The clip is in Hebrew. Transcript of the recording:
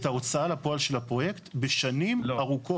ההוצאה לפועל של הפרויקט בשנים ארוכות.